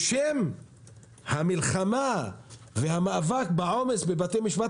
בשם המלחמה והמאבק בעומס בבתי המשפט